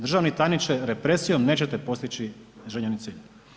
Državni tajniče, represijom nećete postići željeni cilj.